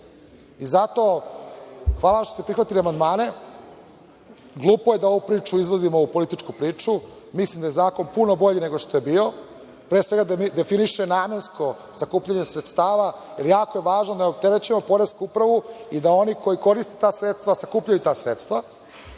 vam što ste prihvatili amandmane. Glupo je da ovu priču izvozimo u političku priču. Mislim da je zakon puno bolji nego što je bio jer pre svega definiše namensko sakupljanje sredstava. Jako je važno da ne opterećujemo poresku upravu i da oni koji koriste ta sredstva sakupljaju ta sredstva.